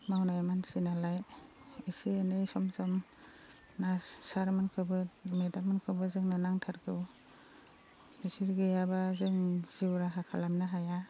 मावनाय मानसिनालाय एसे एनै सम सम नार्स सारमोनखौबो मेदाममोनखौबो जोंनो नांथारगौ बिसोर गैयाब्ला जों जिउ राहा खालामनो हाया